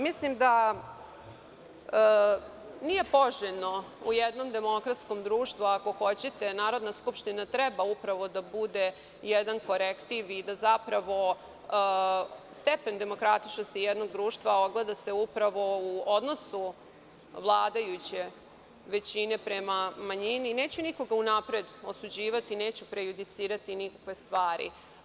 Mislim da nije poželjno u jednom demokratskom društvu, ako hoćete, a Narodna skupština treba da bude jedan korektiv i da se zapravo stepen demokratičnosti društva ogleda u odnosu vladajuće većine prema manjini, neću nikoga unapred osuđivati i neću prejudicirati stvari.